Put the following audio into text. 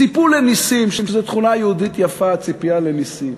ציפו לנסים, שזו תכונה יהודית יפה, ציפייה לנסים.